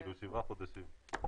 שבעה חודשים.